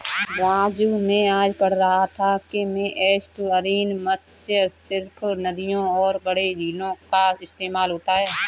राजू मैं आज पढ़ रहा था कि में एस्टुअरीन मत्स्य सिर्फ नदियों और बड़े झीलों का इस्तेमाल होता है